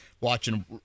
watching